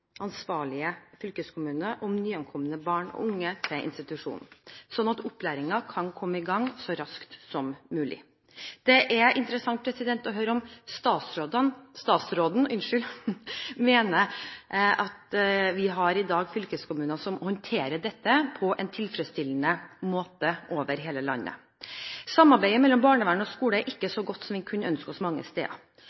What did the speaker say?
ansvarlige fylkeskommune om nyankomne barn og unge til institusjonen, slik at opplæringen kan komme i gang så raskt som mulig. Det er interessant å høre om statsråden mener at vi i dag har fylkeskommuner som håndterer dette på en tilfredsstillende måte over hele landet. Samarbeidet mellom barnevern og skole er mange steder ikke